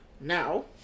Now